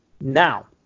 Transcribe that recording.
now